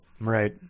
Right